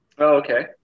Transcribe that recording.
Okay